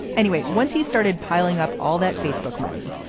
anyway, once he started piling up all that facebook money,